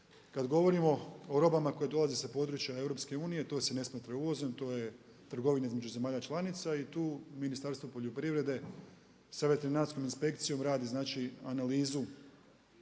Kad govorimo o robama koje dolaze sa područja EU to se ne smatra uvozom, to je trgovina između zemalja članica i tu Ministarstvo poljoprivrede sa veterinarskom inspekcijom radi znači